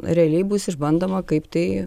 realiai bus išbandoma kaip tai